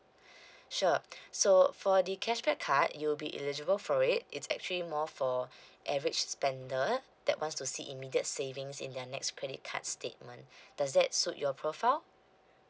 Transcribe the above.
sure so for the cashback card you'll be eligible for it it's actually more for average spender that wants to see immediate savings in their next credit card statement does that suit your profile